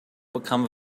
become